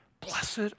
blessed